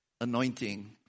anointing